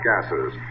gases